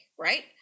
right